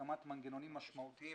להקמת מנגנונים משמעותיים